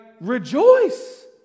rejoice